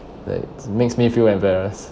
that makes me feel embarrassed